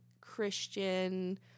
Christian